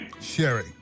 Sherry